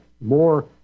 more